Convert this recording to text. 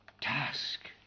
task